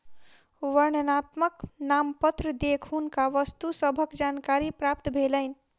वर्णनात्मक नामपत्र देख हुनका वस्तु सभक जानकारी प्राप्त भेलैन